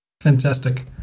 fantastic